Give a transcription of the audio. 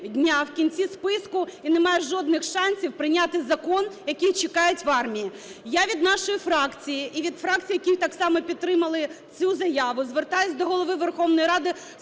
дня, в кінці списку. І немає жодних шансів прийняти закон, який чекають в армії. Я від нашої фракції і від фракцій, які так само підтримали цю заяву, звертаюсь до Голови Верховної Ради